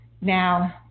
Now